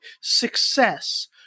success